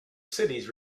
cities